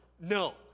no